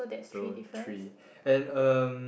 so three and um